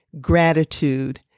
gratitude